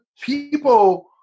People